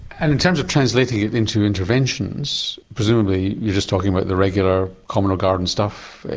and in terms of translating it into interventions, presumably you're just talking about the regular common or garden stuff,